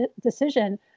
decision